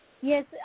yes